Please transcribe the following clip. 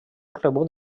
rebut